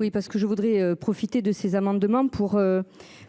Oui parce que je voudrais profiter de ces amendements pour.